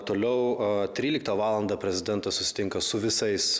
toliau a tryliktą valandą prezidentas susitinka su visais